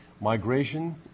migration